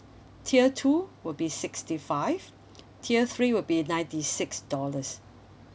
tier two will be sixty five tier three will be ninety six dollars